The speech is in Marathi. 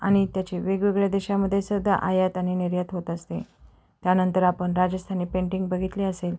आणि त्याचे वेगवेगळ्या देशामध्ये सदा आयात आणि निर्यात होत असते त्यानंतर आपण राजस्थानी पेंटिंग बघितली असेल